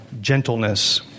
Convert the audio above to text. Gentleness